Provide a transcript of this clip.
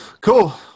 cool